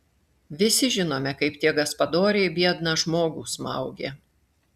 visi žinome kaip tie gaspadoriai biedną žmogų smaugė